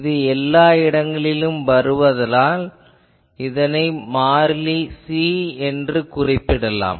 இது எல்லா இடங்களிலும் வருவதால் இதை மாறிலி C என்று குறிப்பிடலாம்